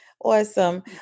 Awesome